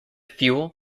fuel